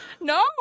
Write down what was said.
No